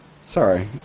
Sorry